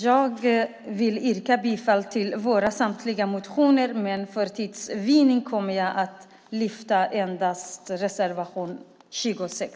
Jag vill yrka bifall till samtliga våra motioner, men för tids vinning kommer jag endast att lyfta fram reservation 26.